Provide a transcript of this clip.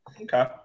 Okay